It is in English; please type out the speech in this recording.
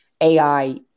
AI